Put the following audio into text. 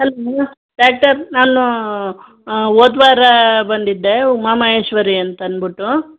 hello doctor ನಾನು ಹೋದ್ವಾರ ಬಂದಿದ್ದೆ ಉಮಾಮಹೇಶ್ವರಿ ಅಂತ ಅನ್ಬಿಟ್ಟು